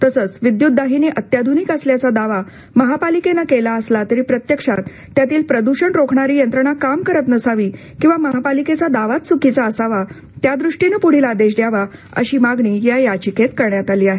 तसंच विद्यूत दाहिनी अत्याधूनिक असल्याचा दावा महापालिकेनं केला असला तरी प्रत्यक्षात त्यातील प्रद्षण रोखणारी यंत्रणा काम करत नसावी किंवा महापालिकेचा दावाच चुकीचा असावा त्यादृष्टीनं पुढील आदेश द्यावा अशी मागणी याचिकेत करण्यात आली आहे